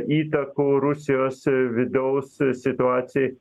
įtakų rusijos vidaus situacijai